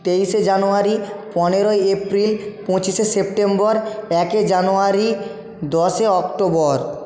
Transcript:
তেইশে জানুয়ারি পনেরোই এপ্রিল পঁচিশে সেপ্টেম্বর একই জানুয়ারি দশই অক্টোবর